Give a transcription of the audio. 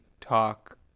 talk